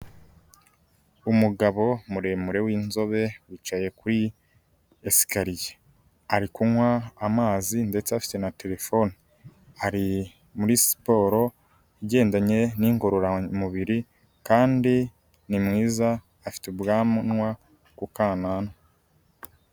Umugabo muremure w'inzobe, wicaye kuri esikariye, ari kunywa amazi ndetse afite na terefone, ari muri siporo igendanye n'ingororamubiri kandi ni mwiza, afite ubwanwa ku kananwa.